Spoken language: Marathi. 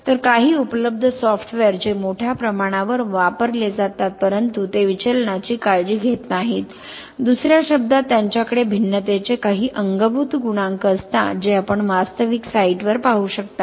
तर काही उपलब्ध सॉफ्टवेअर जे मोठ्या प्रमाणावर वापरले जातात परंतु ते विचलनाची काळजी घेत नाहीत दुसऱ्या शब्दांत त्यांच्याकडे भिन्नतेचे काही अंगभूत गुणांक असतात जे आपण वास्तविक साइटवर पाहू शकता